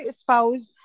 spouse